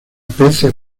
peces